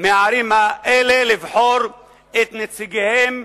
מהערים האלה לבחור את נציגיהם,